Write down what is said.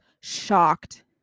shocked